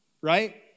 Right